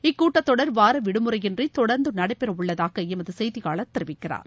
இக்கூட்டத் தொடர் வார விடுமுறையின்றி தொடர்ந்து நடைபெற உள்ளதாக எமது செய்தியாளர் தெரிவிக்கிறார்